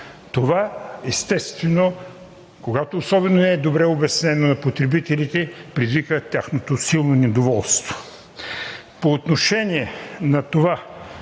Това, естествено, особено когато не е добре обяснено на потребителите, предизвика тяхното силно недоволство. По отношение на това